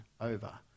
over